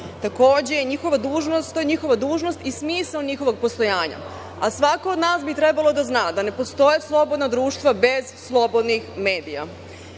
Takođe, to je njihova dužnost i smisao njihovog postojanja, a svako od nas bi trebalo da zna da ne postoje slobodna društva bez slobodnih medija. Danas